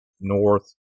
north